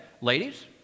Ladies